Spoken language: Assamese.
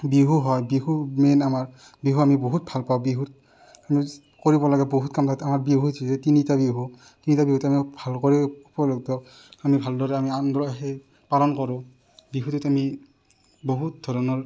বিহু হয় বিহু মেইন আমাৰ বিহু আমি বহুত ভাল পাওঁ বিহুত আমি কৰিব লাগে বহুত কাম আমাৰ বিহু হৈছে তিনিটা বিহু তিনিটা বিহুতে আমি ভাল কৰি উপলব্ধ আমি ভালদৰে আমি আনন্দ আহে পালন কৰোঁ বিহুটোত আমি বহুত ধৰণৰ